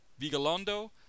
Vigalondo